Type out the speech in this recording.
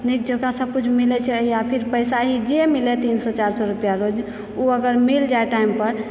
निक जेकाँ सभकुछ मिलय छै आखिर पैसा ही जे मिलय तीन सए चार सए रुपैआ रोज ओ अगर मिल जाइ टाइमपर